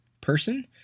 person